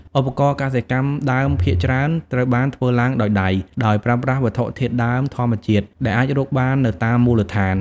ឧបករណ៍កសិកម្មដើមភាគច្រើនត្រូវបានធ្វើឡើងដោយដៃ ដោយប្រើប្រាស់វត្ថុធាតុដើមធម្មជាតិ ដែលអាចរកបាននៅតាមមូលដ្ឋាន។